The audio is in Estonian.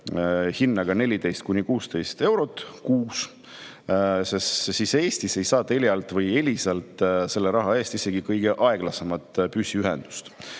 hinnaga 14–16 eurot kuus, aga Eestis ei saa Telialt või Elisalt selle raha eest isegi kõige aeglasemat püsiühendust.